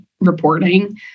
reporting